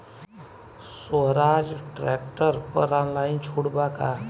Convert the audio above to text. सोहराज tractor पर online छूट बा का?